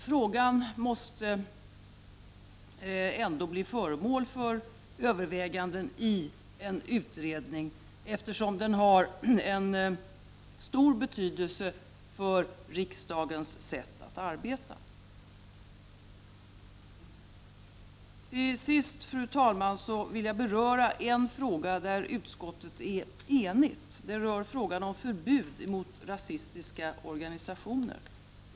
Frågan måste ändå bli föremål för överväganden i en utredning, eftersom den har stor betydelse för riksdagens sätt att arbeta. Till sist, fru talman, vill jag beröra en fråga där utskottet är enigt. Frågan gäller förbud mot rasistiska organisationer.